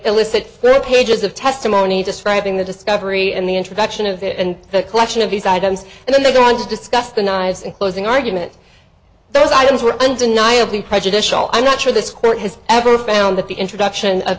elicit pages of testimony describing the discovery and the introduction of it and the collection of these items and then they go on to discuss the knives in closing argument those items were undeniably prejudicial i'm not sure this court has ever found that the introduction of